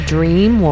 Dream